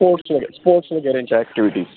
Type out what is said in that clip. sports वगे sports वगैरेंचे activities